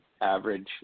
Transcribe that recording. average